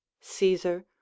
caesar